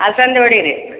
ಅಲ್ಸಂದಿ ವಡಿರಿ